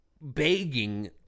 begging